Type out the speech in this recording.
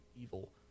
evil